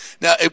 now